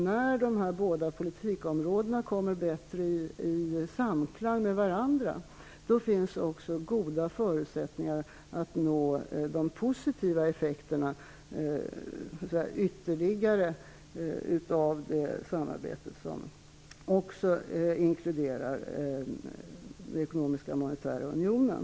När dessa båda politikområden kommer bättre i samklang med varandra finns också goda förutsättningar att nå de ytterligare positiva effekter som kommmer av det samarbete som också inkluderar den ekonomiska monetära unionen.